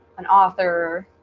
an author